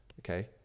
Okay